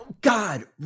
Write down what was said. God